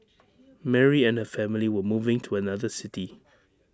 Mary and her family were moving to another city